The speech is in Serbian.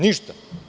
Ništa.